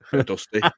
Dusty